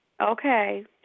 Okay